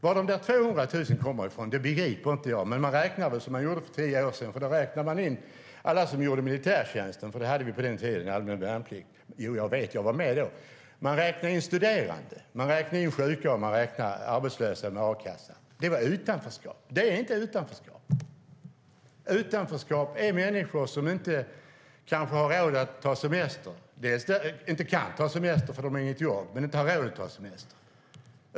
Var de 200 000 kommer från begriper jag inte, men man räknar väl som man gjorde för tio år sedan. Då räknade man in alla som gjorde militärtjänsten i den allmänna värnplikten - jo, jag vet, jag var med då - och man räknade in studerande, sjuka och arbetslösa med a-kassa. Det var utanförskap. Det är inte utanförskap. Utanförskap är människor som inte kan ta semester för att de inte har ett jobb eller inte har råd att ta semester.